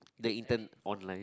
the intern online